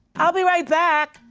i'll be right back,